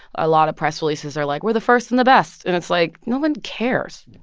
a lot of press releases are like, we're the first and the best. and it's like, no one cares,